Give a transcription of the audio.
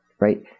right